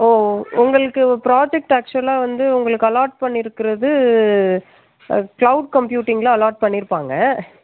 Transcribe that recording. ஓ உங்களுக்கு ப்ராஜெக்ட் ஆக்ச்சுவலாக வந்து உங்களுக்கு அலாட் பண்ணிருக்கிறது க்ளவ்டு கம்ப்யூட்டிங்கில் அலாட் பண்ணிருப்பாங்க